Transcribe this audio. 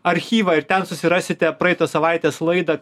archyvą ir ten susirasite praeitos savaitės laidą